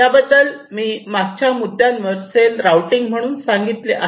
याबद्दल मे मागच्या मुद्द्यावर सेल राऊटिंग म्हणून सांगितले आहे